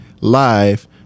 Live